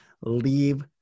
leave